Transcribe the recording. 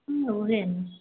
उहे न